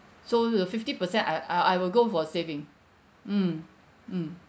so the fifty-per cent I I I will go for saving mm mm